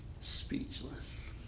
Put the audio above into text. speechless